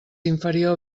inferior